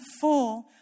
full